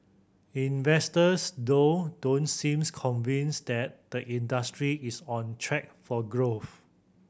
investors though don't seems convinced that the industry is on track for growth